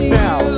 now